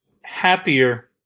happier